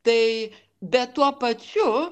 tai bet tuo pačiu